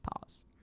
Pause